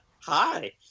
Hi